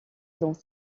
dans